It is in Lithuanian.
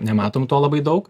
nematom to labai daug